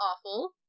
awful